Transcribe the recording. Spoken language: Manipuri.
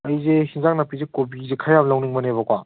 ꯑꯩꯁꯦ ꯑꯦꯟꯁꯥꯡ ꯅꯥꯄꯤꯁꯦ ꯀꯣꯕꯤꯁꯦ ꯈꯔ ꯌꯥꯝ ꯂꯧꯅꯤꯡꯕꯅꯦꯕꯀꯣ